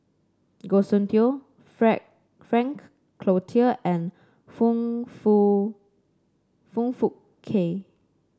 Goh Soon Tioe Frank Cloutier and Foong Fook Foong Fook Kay